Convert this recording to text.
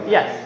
Yes